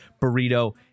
Burrito